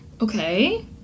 Okay